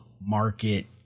market